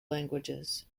languages